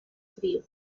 frío